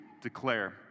declare